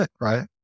right